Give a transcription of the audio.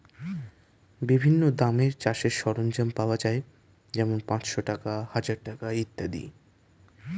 বিভিন্ন দামের চাষের সরঞ্জাম পাওয়া যায় যেমন পাঁচশ টাকা, হাজার টাকা ইত্যাদি